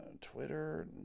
Twitter